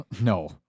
No